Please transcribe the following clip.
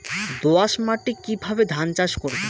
দোয়াস মাটি কিভাবে ধান চাষ করব?